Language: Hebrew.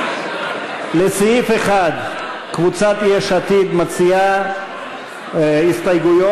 לסעיף 1, קבוצת סיעת יש עתיד מציעה הסתייגויות,